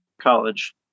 college